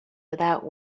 without